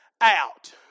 out